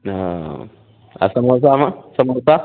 अच्छा आ समोसामे समोसा